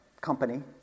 company